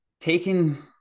taking